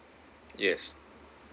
yes